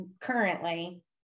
currently